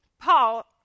Paul